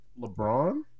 LeBron